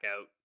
out